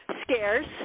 Scarce